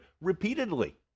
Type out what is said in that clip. repeatedly